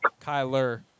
Kyler